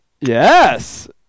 Yes